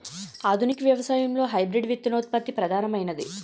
ఆధునిక వ్యవసాయంలో హైబ్రిడ్ విత్తనోత్పత్తి ప్రధానమైనది